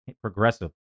progressive